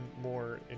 more